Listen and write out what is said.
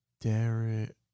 Derek